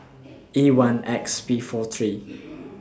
E one X P four three